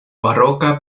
baroka